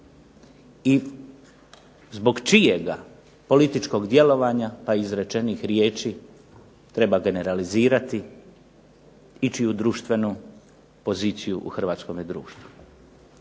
i zbog čijega političkog djelovanja pa i izrečenih riječi treba generalizirati ičiju društvenu poziciju u hrvatskome društvu.